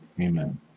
Amen